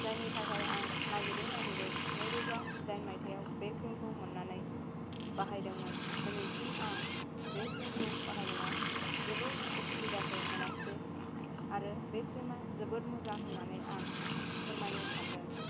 जायनि थाखाय आं नागिरै नागिरै नैरोजा जिडाइन माइथाइआव बे क्रिमखौ मोननानै बाहायदोंमोन दिनैसिम आं बे क्रिमखौ बाहायनायाव जेबो उसिबिदाखौ मोनाखिसै आरो बे क्रिमा जोबोद मोजां होननानै आं फोरमायनो सानदों